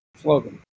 slogan